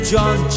John